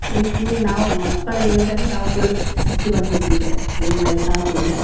ರೀತಿಯೇ ನಾವು ಮಕ್ಕಳು ಹೇಳಿದ ಹಾಗೆ ನಾವು ಕೇಳುವ ಸ್ಥಿತಿ ಬಂದಿತ್ತು ಈಗ ಏನು ಮಾಡ್ಲಿಕ್ಕೆ ಆಗುದಿಲ್ಲ